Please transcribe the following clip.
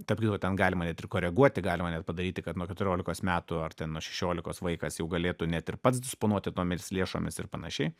tarp kitko ten galima net ir koreguoti galima net padaryti kad nuo keturiolikos metų ar ten nuo šešiolikos vaikas jau galėtų net ir pats disponuoti tomis lėšomis ir panašiai